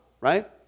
right